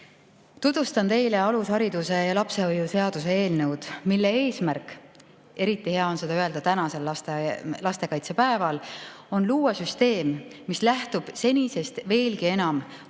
Tutvustan teile alushariduse ja lapsehoiu seaduse eelnõu, mille eesmärk – eriti hea on seda öelda tänasel lastekaitsepäeval – on luua süsteem, mis lähtub senisest veelgi enam pooleteise‑